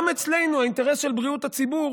גם אצלנו האינטרס של בריאות הציבור